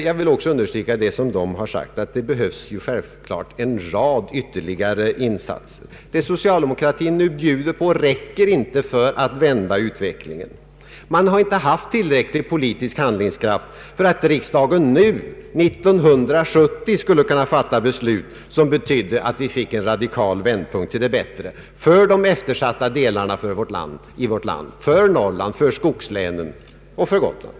Jag vill också understryka vad de sagt om att det självklart behövs ytterligare en rad insatser. Det socialdemokratin bjuder på räcker inte för att vända utvecklingen. Man har inte haft tillräcklig politisk handlingskraft för att riksdagen nu 1970 skulle kunna fatta beslut som betydde en radikal vändpunkt till det bättre för de eftersatta delarna av vårt land — för Norrland, för skogslänen och för Gotland.